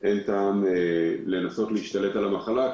כבר אין טעם לנסות להשתלט על המחלה,